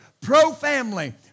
pro-family